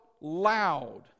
loud